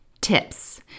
tips